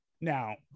Now